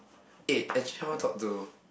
eh actually I want to talk to